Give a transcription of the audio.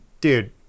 dude